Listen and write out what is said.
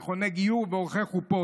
מכוני גיור ועורכי חופות.